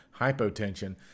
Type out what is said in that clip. hypotension